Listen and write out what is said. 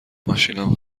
ماشینم